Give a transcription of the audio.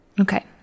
Okay